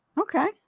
okay